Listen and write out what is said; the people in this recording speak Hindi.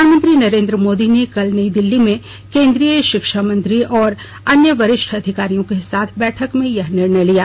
प्रधानमंत्री नरेन्द्र मोदी ने कल नई दिल्ली में कोन्द्रीय शिक्षा मंत्री और अन्य वरिष्ठ अधिकारियों के साथ बैठक में यह निर्णय लिया